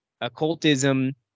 occultism